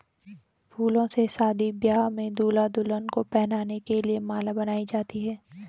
फूलों से शादी ब्याह में दूल्हा दुल्हन को पहनाने के लिए माला बनाई जाती है